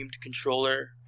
controller